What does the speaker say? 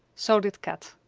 so did kat.